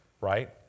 right